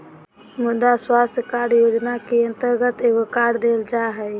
मुद्रा स्वास्थ कार्ड योजना के अंतर्गत एगो कार्ड देल जा हइ